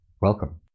welcome